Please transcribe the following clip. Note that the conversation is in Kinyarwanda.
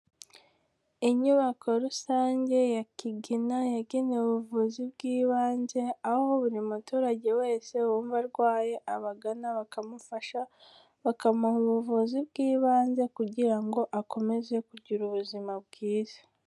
Inyubako rusange ya Kigina yagenewe ubuvuzi bw'ibanze, aho buri muturage wese wumva arwaye abagana bakamufasha, bakamuha ubuvuzi bw'ibanze kugira ngo akomeze kugira ubuzima bwiza.